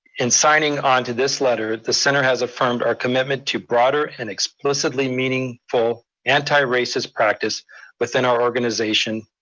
and signing onto this letter, the center has affirmed our commitment to broader and explicitly meaningful anti-racist practice within our organization,